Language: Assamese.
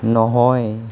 নহয়